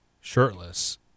shirtless